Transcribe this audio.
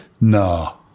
No